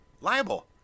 liable